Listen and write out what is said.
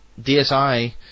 DSi